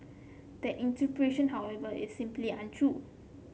that interpretation however is simply untrue